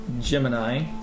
Gemini